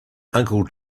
uncle